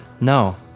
No